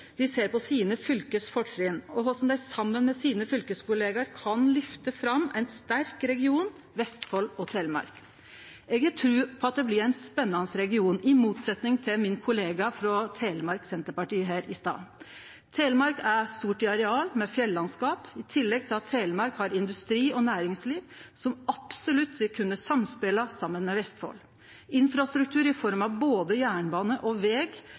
dei ser på som fortrinna for sitt fylke, og på korleis dei saman med fylkeskollegaene sine kan lyfte fram ein sterk region, Vestfold og Telemark. Eg har tru på at det blir ein spennande region, i motsetnad til min kollega frå Telemark Senterparti her i stad. Telemark er stort i areal, med fjellandskap, i tillegg til at Telemark har industri og næringsliv som absolutt vil kunne samspele med Vestfold. Infrastruktur i form av både jernbane og veg